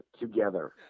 together